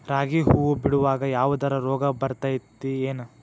ರಾಗಿ ಹೂವು ಬಿಡುವಾಗ ಯಾವದರ ರೋಗ ಬರತೇತಿ ಏನ್?